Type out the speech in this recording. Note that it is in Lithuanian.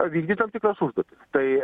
vykdyt tam tikras užduotis tai